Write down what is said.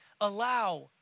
allow